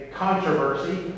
Controversy